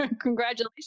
Congratulations